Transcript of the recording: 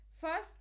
First